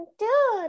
two